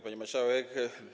Pani Marszałek!